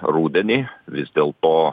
rudenį vis dėl to